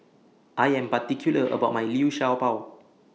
I Am particular about My Liu Sha Bao